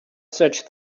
such